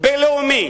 בין-לאומי